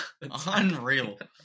Unreal